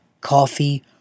Coffee